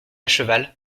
cheval